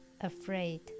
Afraid